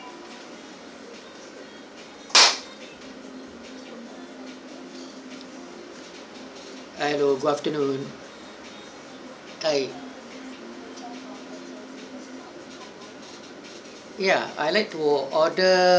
hello good afternoon hi ya I'd like to orde~